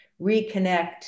reconnect